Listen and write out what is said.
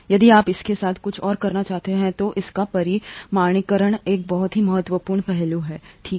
यदि आप इसके साथ कुछ और करना चाहते हैं तो इसका परिमाणीकरण एक बहुत ही महत्वपूर्ण पहलू है ठीक है